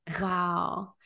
Wow